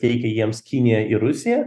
teikia jiems kinija ir rusija